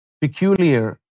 peculiar